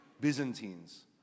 Byzantines